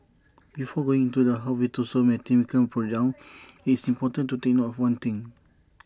before going into her virtuoso mathematical breakdown it's important to take note of one thing